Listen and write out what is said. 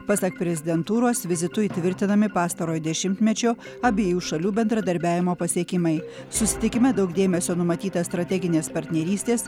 pasak prezidentūros vizitu įtvirtinami pastarojo dešimtmečio abiejų šalių bendradarbiavimo pasiekimai susitikime daug dėmesio numatyta strateginės partnerystės